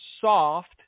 soft